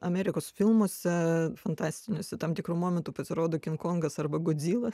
amerikos filmuose fantastiniuose tam tikru momentu pasirodo kinkongas arba godzila